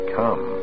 come